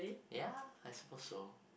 ya I suppose so